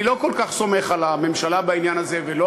אני לא כל כך סומך על הממשלה בעניין הזה ולא